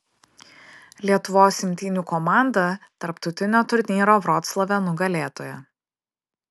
lietuvos imtynių komanda tarptautinio turnyro vroclave nugalėtoja